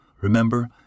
Remember